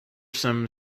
some